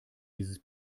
dieses